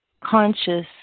conscious